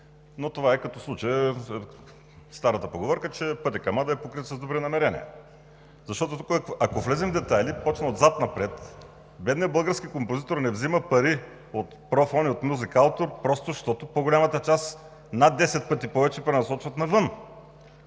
но това е като старата поговорка, че пътят към ада е покрит с добри намерения. Ако влезем в детайли и започна отзад напред, бедният български композитор не взима пари от ПРОФОН и от „Музикаутор“ просто защото по-голямата част, над десет пъти повече, пренасочва навън.